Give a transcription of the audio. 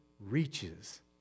reaches